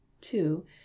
two